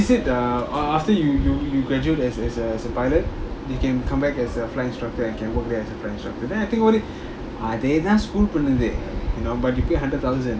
he said uh after you you graduate as a as a pilot you can come back as a flight instructor and can work there as a flight instructor then I think about it you know but you pay hundred thousand